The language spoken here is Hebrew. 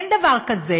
אין דבר כזה